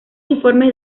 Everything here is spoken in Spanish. informes